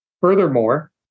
Furthermore